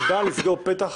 היא באה לסגור פתח